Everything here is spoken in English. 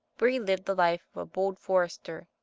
where he lived the life of a bold for ester,